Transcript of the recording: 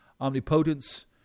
omnipotence